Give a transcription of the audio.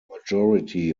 majority